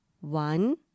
One